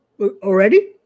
Already